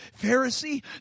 Pharisee